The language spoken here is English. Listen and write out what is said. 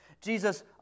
Jesus